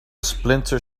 splinter